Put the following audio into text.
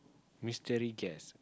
mystery guest